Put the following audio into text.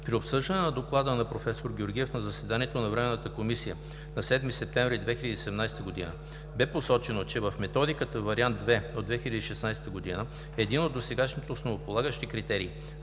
При обсъждане на доклада на професор Георгиев на заседанието на Временната комисия на 7 септември 2017 г. бе посочено, че в Методиката – вариант 2 от 2016 г., един от досегашните основополагащи критерии,